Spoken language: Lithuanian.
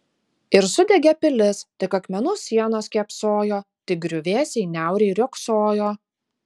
ir sudegė pilis tik akmenų sienos kėpsojo tik griuvėsiai niauriai riogsojo